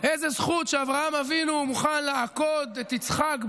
איזה זכות שאברהם אבינו מוכן לעקוד את יצחק,